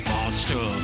Monster